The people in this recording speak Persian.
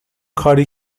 کاری